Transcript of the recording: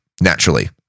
naturally